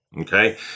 Okay